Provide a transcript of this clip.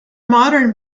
modern